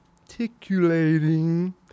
articulating